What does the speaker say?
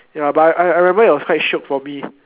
ya but I I remember it was quite shiok for me